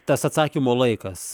tas atsakymo laikas